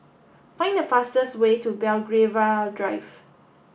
find the fastest way to Belgravia Drive